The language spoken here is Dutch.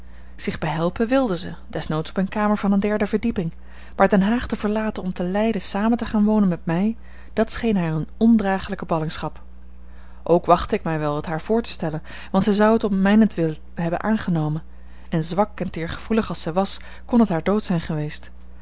zich behelpen wilde ze desnoods op eene kamer van eene derde verdieping maar den haag te verlaten om te leiden samen te gaan wonen met mij dat scheen haar eene ondragelijke ballingschap ook wachtte ik mij wel het haar voor te stellen want zij zou het om mijnentwille hebben aangenomen en zwak en teergevoelig als zij was kon het haar dood zijn geweest